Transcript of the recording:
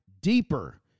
deeper